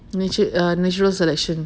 natur~ ah natural selection